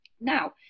Now